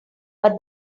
but